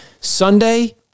Sunday